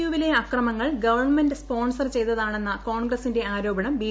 U വിലെ അക്രമങ്ങൾ government sponsor ചെയ്തതാണെന്ന കോൺഗ്രസിന്റെ ആരോപണം ബി